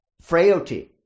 frailty